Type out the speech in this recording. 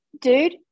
Dude